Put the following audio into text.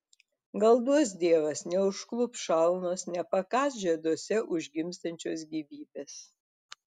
gal duos dievas neužklups šalnos nepakąs žieduose užgimstančios gyvybės